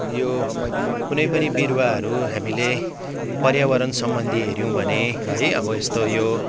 यो कुनै पनि बिरुवाहरू हामीले पर्यावरण सम्बन्धी हेऱ्यौँ भने है अब यस्तो यो